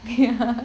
ya